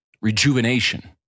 rejuvenation